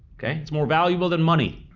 it's more valuable than money.